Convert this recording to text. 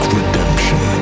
redemption